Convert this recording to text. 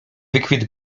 wykwit